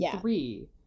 three